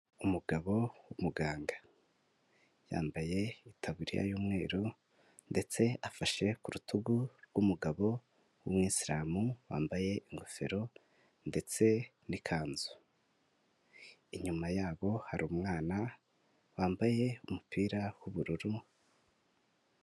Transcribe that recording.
Umugabo w'umuganga yambaye itaburiya y'umweru ndetse afashe ku rutugu rw'umugabo w'umwisiramu wambaye ingofero ndetse n'ikanzu, inyuma yabo hari umwana wambaye umupira w'ubururu.